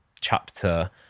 chapter